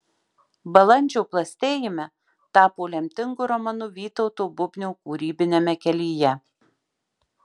balandžio plastėjime tapo lemtingu romanu vytauto bubnio kūrybiniame kelyje